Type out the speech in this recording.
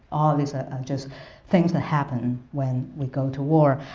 these are just things that happen when we go to war.